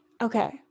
Okay